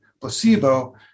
placebo